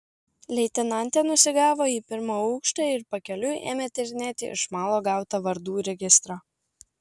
leitenantė nusigavo į pirmą aukštą ir pakeliui ėmė tyrinėti iš malo gautą vardų registrą